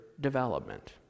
development